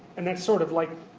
and that's sort of like,